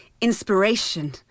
inspiration